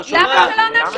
למה לא נאשר?